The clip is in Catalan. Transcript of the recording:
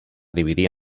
dividir